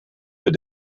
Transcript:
für